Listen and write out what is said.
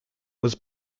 was